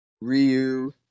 Ryu